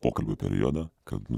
pokalbių periodą kad